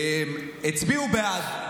הצביעו בעד.